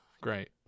great